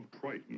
Triton